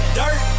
dirt